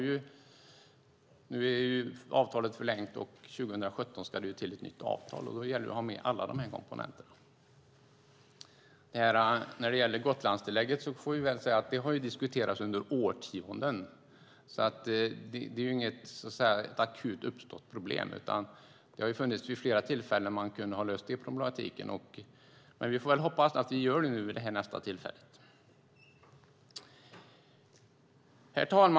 Nu är avtalet förlängt och 2017 ska det bli ett nytt avtal. Då gäller det att ha med alla dessa komponenter. Gotlandstillägget har diskuterats under årtionden. Det är inget akut uppstått problem, utan det har funnits flera tillfällen att lösa den problematiken. Vi får väl hoppas att vi gör det vid nästa tillfälle. Herr talman!